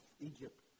Egypt